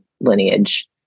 lineage